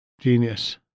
genius